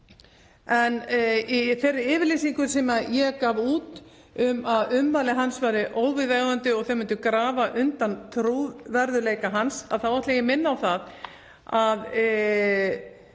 þá yfirlýsingu sem ég gaf út um að ummæli hans væru óviðunandi og myndu grafa undan trúverðugleika hans þá ætla ég að minna á það að